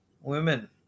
women